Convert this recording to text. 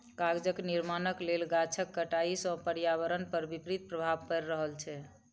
कागजक निर्माणक लेल गाछक कटाइ सॅ पर्यावरण पर विपरीत प्रभाव पड़ि रहल छै